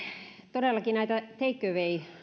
todellakin näitä take away